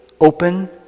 open